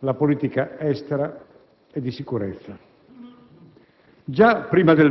la politica estera e di sicurezza.